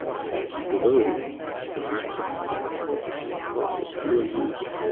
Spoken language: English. it is devoted to maximising fossil fuel use,